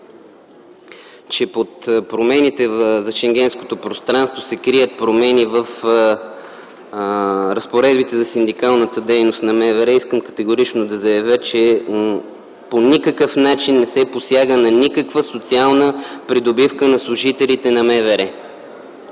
че под промените в Шенгенското пространство се крият промени в разпоредбите за синдикалната дейност на МВР, искам категорично да заявя, че по никакъв начин не се посяга на никаква социална придобивка на служителите на МВР.